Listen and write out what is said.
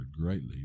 greatly